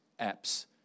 apps